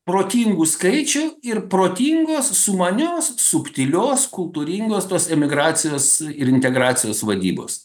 protingų skaičių ir protingos sumanios subtilios kultūringos tos emigracijos ir integracijos vadybos